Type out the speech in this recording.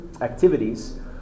activities